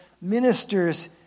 ministers